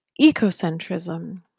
ecocentrism